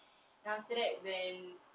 then after that when